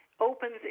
opens